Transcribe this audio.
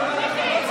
אני רוצה.